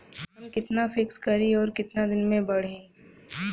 हम कितना फिक्स करी और ऊ कितना दिन में बड़ी?